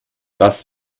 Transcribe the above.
das